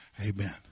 Amen